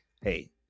Hey